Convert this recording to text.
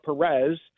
Perez